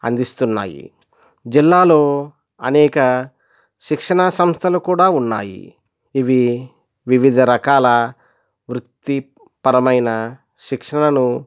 అందిస్తున్నాయి జిల్లాలో అనేక శిక్షణా సంస్థలు కూడా ఉన్నాయి ఇవి వివిధ రకాల వృత్తిపరమైన శిక్షణను